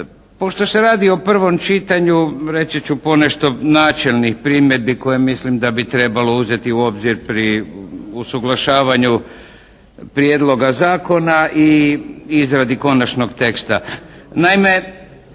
Pošto se radi o prvom čitanju reći ću ponešto načelnih primjedbi koje mislim da bi trebalo uzeti u obzir u usuglašavanju Prijedloga zakona i izradi konačnog teksta.